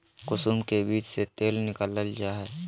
कुसुम के बीज से तेल निकालल जा हइ